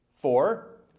Four